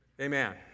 Amen